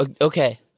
Okay